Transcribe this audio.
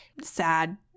sad